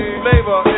flavor